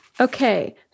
Okay